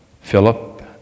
Philip